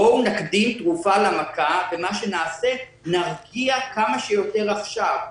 בואו נקדים תרופה למכה ונרגיע כמה שיותר עכשיו.